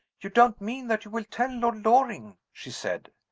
you don't mean that you will tell lord loring? she said.